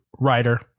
Writer